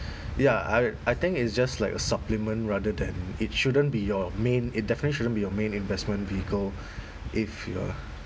ya I I think it's just like a supplement rather than it shouldn't be your main it definitely shouldn't be your main investment vehicle if you are